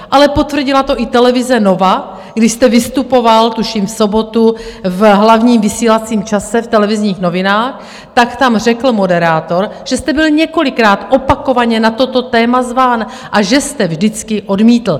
Ale potvrdila to i televize Nova, když jste vystupoval, tuším, v sobotu v hlavním vysílacím čase v Televizních novinách, tak tam řekl moderátor, že jste byl několikrát opakovaně na toto téma zván a že jste vždycky odmítl.